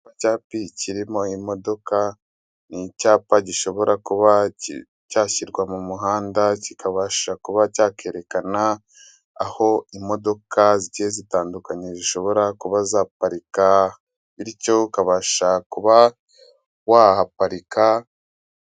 Icyapi kirimo imodoka, ni icyapa gishobora kuba cyashyirwa mu muhanda kikabasha kuba cyakerekana aho imodoka zigiye zitandukanye zishobora kuba zaparika bityo ukabasha kuba wahaparika.